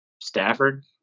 Stafford